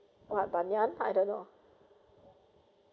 what Banyan I don't know